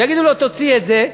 ויגידו לו: תוציא את זה.